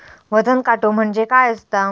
वजन काटो म्हणजे काय असता?